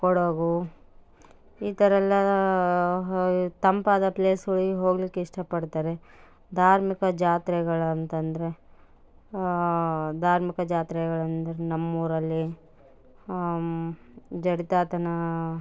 ಕೊಡಗು ಈ ಥರ ಎಲ್ಲ ತಂಪಾದ ಪ್ಲೇಸ್ಗಳಿಗೆ ಹೋಗಲಿಕ್ಕೆ ಇಷ್ಟಪಡ್ತಾರೆ ಧಾರ್ಮಿಕ ಜಾತ್ರೆಗಳಂತಂದರೆ ಧಾರ್ಮಿಕ ಜಾತ್ರೆಗಳು ಅಂದರೆ ನಮ್ಮ ಊರಲ್ಲಿ ಜಡ್ತಾತನ